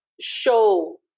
show